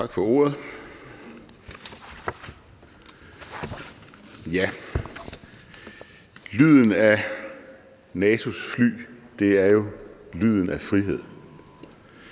Tak for ordet. Lyden af NATO's fly er jo lyden af frihed